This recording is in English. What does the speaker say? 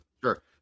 sure